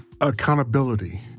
accountability